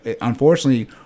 Unfortunately